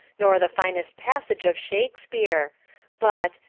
nor the finest passage of shakespeare but,